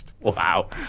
Wow